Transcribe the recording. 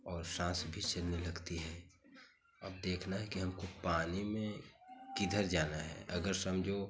और साँस भी चलने लगती है अब देखना है कि हमको पानी में किधर जाना है अगर समझो